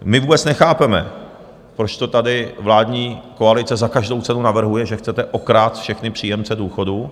My vůbec nechápeme, proč to tady vládní koalice za každou cenu navrhuje, že chcete okrást všechny příjemce důchodů.